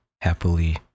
happily